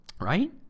Right